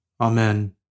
Amen